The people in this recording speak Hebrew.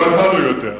גם אתה לא יודע.